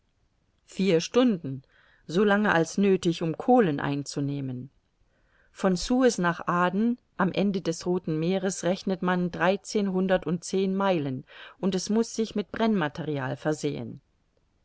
vier stunden so lange als nöthig um kohlen einzunehmen von suez nach aden am ende des rothen meeres rechnet man dreizehnhundertundzehn meilen und es muß sich mit brennmaterial versehen